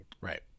Right